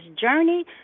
journey